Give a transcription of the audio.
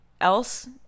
else